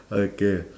okay